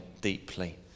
deeply